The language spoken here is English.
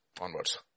onwards